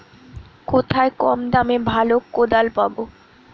কোথায় কম দামে ভালো কোদাল পাব?